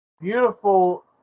beautiful